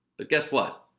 but guess what.